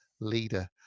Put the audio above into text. leader